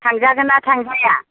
थांजागोनना थांजाया